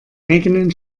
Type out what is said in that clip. eigenen